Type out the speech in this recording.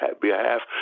behalf